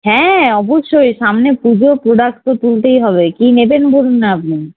হ্যাঁ অবশ্যই সামনে পুজো প্রোডাক্ট তো তুলতেই হবে কী নেবেন বলুন না আপনি